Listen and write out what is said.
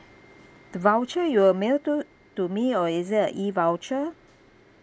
the voucher you will mail to to me or is it a E voucher